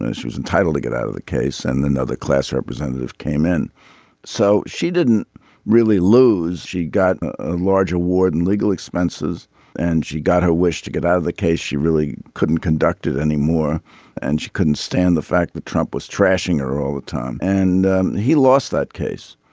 she was entitled to get out of the case and another class representative came in so she didn't really lose she got a large award and legal expenses and she got her wish to get out of the case she really couldn't conducted anymore and she couldn't stand the fact that trump was trashing her all the time and he lost that case.